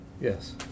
Yes